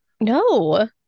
No